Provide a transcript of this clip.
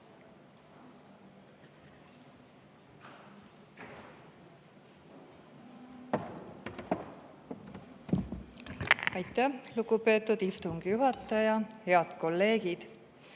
Aitäh, lugupeetud istungi juhataja! Head kolleegid!